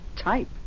type